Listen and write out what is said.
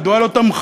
מדוע לא תמכה?